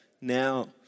now